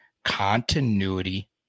Continuity